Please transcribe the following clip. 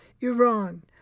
Iran